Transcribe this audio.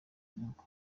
inyungu